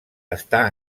està